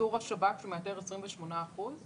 איתור השב"כ שמאתר 28%?